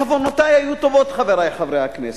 כוונותי היו טובות, חברי חברי הכנסת.